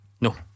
No